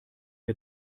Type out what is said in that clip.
wir